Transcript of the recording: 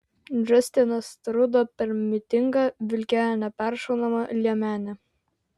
džastinas trudo per mitingą vilkėjo neperšaunamą liemenę